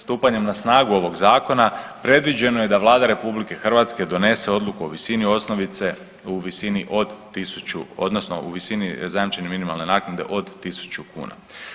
Stupanjem na snagu ovog zakona, predviđeno je da Vlada RH donese odluku o visini osnovice u visini od 1000, odnosno u visini zajamčene minimalne naknade od 1000 kuna.